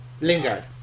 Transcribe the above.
Lingard